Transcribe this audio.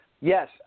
yes